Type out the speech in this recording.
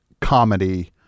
comedy